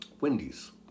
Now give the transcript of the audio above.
Wendy's